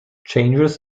changes